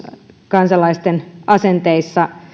kansalaisten asenteissa